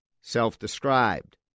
Self-described